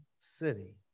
city